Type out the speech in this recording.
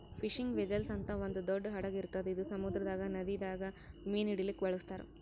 fishing vessel ಅಂತ್ ಒಂದ್ ದೊಡ್ಡ್ ಹಡಗ್ ಇರ್ತದ್ ಇದು ಸಮುದ್ರದಾಗ್ ನದಿದಾಗ್ ಮೀನ್ ಹಿಡಿಲಿಕ್ಕ್ ಬಳಸ್ತಾರ್